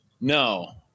no